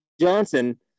Johnson